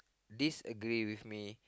disagree with me